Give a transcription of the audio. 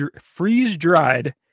freeze-dried